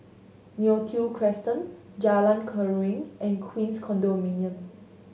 Neo Tiew Crescent Jalan Keruing and Queens Condominium